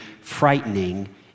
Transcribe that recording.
frightening